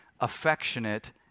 affectionate